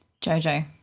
Jojo